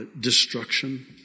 destruction